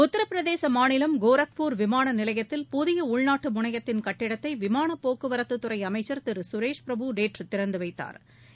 உத்திரபிரதேச மாநிலம் கோரக்பூர் விமான நிலையத்தில் புதிய உள்நாட்டு முனையத்தின் கட்டிடத்தை விமான போக்குவரத்துத்துறை அமைச்சள் திரு சுரேஷ் பிரபு நேற்று திறந்து வைத்தாா்